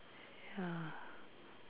ya